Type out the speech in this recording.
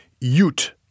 ute